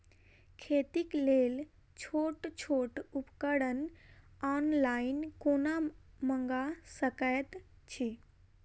खेतीक लेल छोट छोट उपकरण ऑनलाइन कोना मंगा सकैत छी?